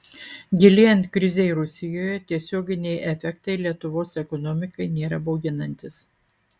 gilėjant krizei rusijoje tiesioginiai efektai lietuvos ekonomikai nėra bauginantys